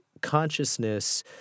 consciousness